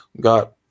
Got